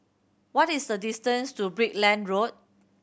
what is the distance to Brickland Road